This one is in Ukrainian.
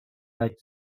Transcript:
над